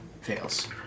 Fails